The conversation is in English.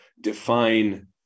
define